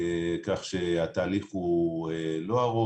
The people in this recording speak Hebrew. כך שהתהליך הוא לא ארוך.